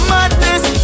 Madness